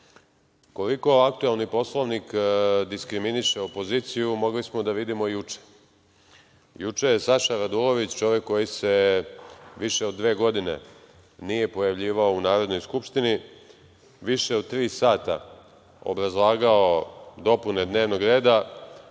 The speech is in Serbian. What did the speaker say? aktuelni Poslovnik diskriminiše opoziciju mogli smo da vidimo juče. Juče je Saša Radulović, čovek koji se više od dve godine nije pojavljivao u Narodnoj skupštini, biše od tri sata obrazlagao dopune dnevnog reda,